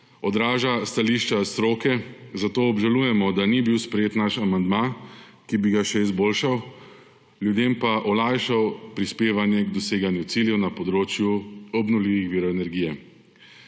odraža stališča stroke, zato obžalujemo, da ni bil sprejet naš amandma, ki bi ga še izboljšal, ljudem pa olajšal prispevanje k doseganju ciljev na področju obnovljivih virov energije.